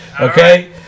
Okay